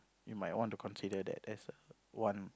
you might want to consider that as err one